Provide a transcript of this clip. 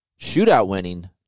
shootout-winning